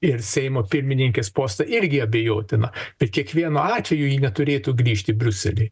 ir seimo pirmininkės postą irgi abejotina bet kiekvienu atveju ji neturėtų grįžti į briuselį